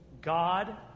God